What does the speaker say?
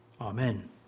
Amen